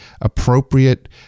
appropriate